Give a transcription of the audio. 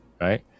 right